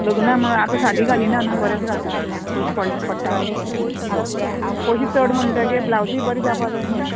लग्ना म्हणो आतां सादी घालिना न्हू बरेंच घालता न्हू पयशे पडले पडटा न्हू पयशे चड म्हणटगीर ब्लावजूय बरें जावपा जाय न्ही